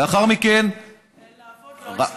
לאחר מכן, לעבוד, לא אצלכם.